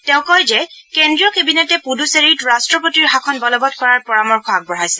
তেওঁ কয় যে কেন্দ্ৰীয় কেবিনেটে পুডুচেৰীত ৰাষ্ট্ৰপতিৰ শাসন বলবৎ কৰাৰ পৰামৰ্শ আগবঢ়াইছে